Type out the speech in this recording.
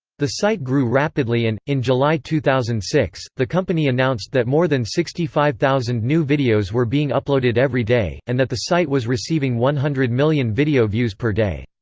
the site grew rapidly and, in july two thousand and six, the company announced that more than sixty five thousand new videos were being uploaded every day, and that the site was receiving one hundred million video views per day.